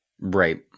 Right